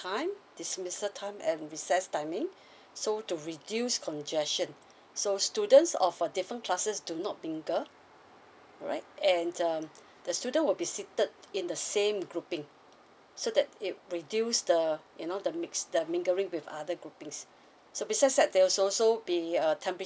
time dismissal time and recess timing so to reduce congestion so students of different classes do not mingle right and um the student will be seated in the same grouping so that it reduces the you know the mix the mingling with other grouping so besides that they is also be a